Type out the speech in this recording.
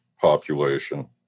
population